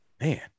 Man